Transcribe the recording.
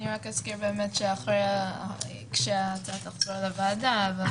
אני רק אזכיר באמת שאחרי שההצעה תחזור לוועדה הוועדה